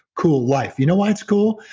cool life. you know why it's cool?